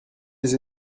les